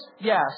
yes